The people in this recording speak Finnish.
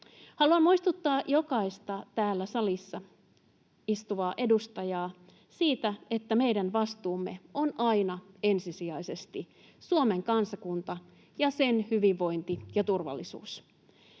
Haluan muistuttaa jokaista täällä salissa istuvaa edustajaa siitä, että meillä on vastuullamme aina ensisijaisesti Suomen kansakunta ja sen hyvinvointi ja turvallisuus.